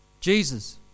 Jesus